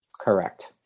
Correct